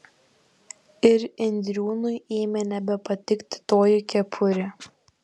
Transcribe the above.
ir indriūnui ėmė nebepatikti toji kepurė